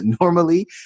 normally